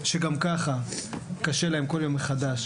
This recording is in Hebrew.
שגם ככה קשה להם כל יום מחדש,